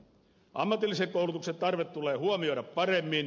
ammatillisen koulutuksen tarve tulee huomioida paremmin